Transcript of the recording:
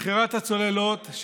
מכירת הצוללות,